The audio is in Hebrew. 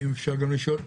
אם אפשר לשאול,